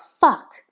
fuck